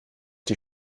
die